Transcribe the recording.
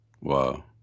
Wow